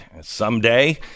someday